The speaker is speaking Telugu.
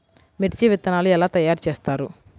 మిర్చి విత్తనాలు ఎలా తయారు చేస్తారు?